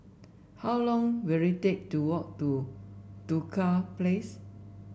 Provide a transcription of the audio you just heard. how long will it take to walk to Duku Place